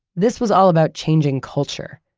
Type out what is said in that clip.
this was all about changing culture,